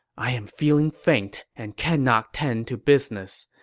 i am feeling faint and cannot tend to business.